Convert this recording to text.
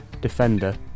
defender